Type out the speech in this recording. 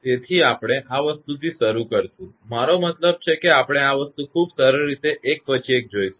તેથી આપણે આ વસ્તુથી શરૂ કરીશું મારો મતલબ છે કે આપણે આ વસ્તુ ખૂબ સરળ રીતે એક પછી એક જોઇશું